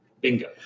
bingo